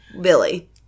Billy